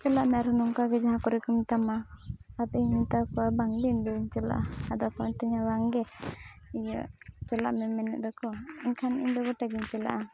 ᱪᱟᱞᱟᱜᱢᱮ ᱟᱨᱦᱚᱸ ᱱᱚᱝᱠᱟᱜᱮ ᱡᱟᱦᱟᱸ ᱠᱚᱨᱮᱠᱚ ᱢᱮᱛᱟᱢᱟ ᱟᱫᱚᱧ ᱢᱮᱛᱟᱠᱚᱣᱟ ᱵᱟᱝᱜᱮ ᱤᱧᱫᱚ ᱵᱟᱹᱧ ᱪᱟᱞᱟᱜᱼᱟ ᱟᱫᱚᱠᱚ ᱢᱮᱛᱟᱹᱧᱟ ᱵᱟᱝᱜᱮ ᱤᱭᱟᱹ ᱪᱟᱞᱟᱜᱢᱮ ᱢᱮᱱᱮᱫ ᱫᱚᱠᱚ ᱮᱱᱠᱷᱟᱱ ᱤᱧᱫᱚ ᱜᱚᱴᱟᱜᱮᱧ ᱪᱟᱞᱟᱜᱼᱟ